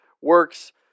works